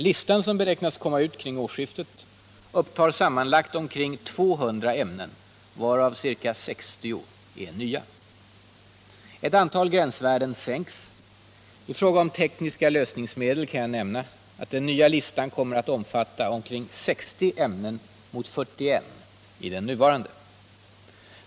Listan, som beräknas komma ut kring årsskiftet, upptar sammanlagt ca 200 ämnen, varav ca 60 nya. Ett antal gränsvärden sänks. I fråga om tekniska lösningsmedel kan jag nämna att den nya listan kommer att omfatta ca 60 ämnen mot 41 i den nuvarande.